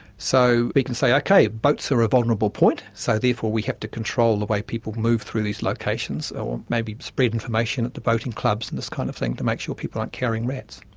so we can say, okay, boats are a vulnerable point, so therefore we have to control the way people move through these locations, or maybe spread information at the boating clubs and this kind of thing to make sure people aren't carrying rats.